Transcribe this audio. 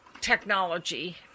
technology